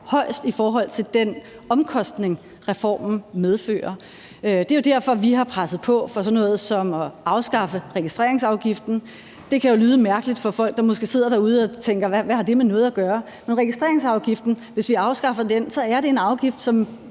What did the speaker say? højest i forhold til den omkostning, reformen medfører. Det er derfor, vi har presset på for sådan noget som at afskaffe registreringsafgiften. Det kan jo lyde mærkeligt for folk, der måske sidder derude og tænker: Hvad har det med noget at gøre? Men registreringsafgiften er en afgift, som